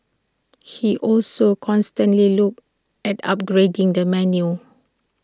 he also constantly looks at upgrading the menu